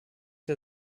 der